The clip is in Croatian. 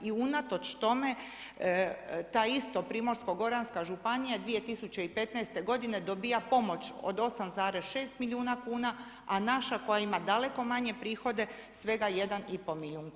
I unatoč tome ta ista Primorsko-goranska županija 2015. godine dobija pomoć od 8,6 milijuna kuna, a naša koja ima daleko manje prihode svega 1,5 milijuna kuna.